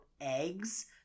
eggs